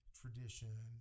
tradition